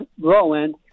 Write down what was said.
growing